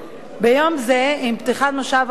ביום זה, עם פתיחת מושב החורף,